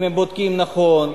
אם הם בודקים נכון,